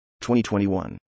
2021